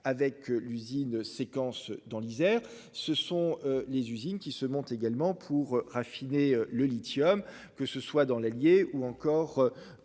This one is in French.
avec l'usine séquence dans l'Isère. Ce sont les usines qui se montent également pour raffiner le lithium, que ce soit dans l'Allier ou encore. Dans